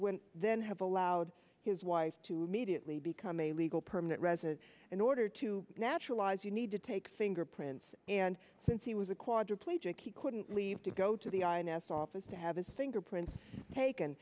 when then have allowed his wife to immediately become a legal permanent resident in order to naturalize you need to take fingerprints and since he was a quadriplegic he couldn't leave to go to the ins office to have his fingerprints taken